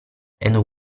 and